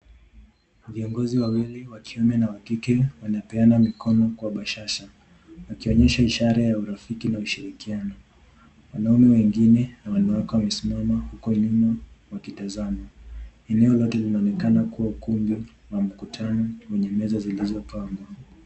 Viongozi wawili wa kiume na wa kike wanapeana mikono kwa bashasha, wakionyesha ishara ya urafiki na ushirikiano. Wanaume wengine na wanawake wamesimama huko nyuma wakitazama. Eneo lote linaonekana kuwa ukumbi wa mkutano wenye meza zilizopangwa.